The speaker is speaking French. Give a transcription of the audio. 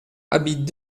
abritent